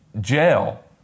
jail